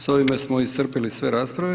S ovime smo iscrpili sve rasprave.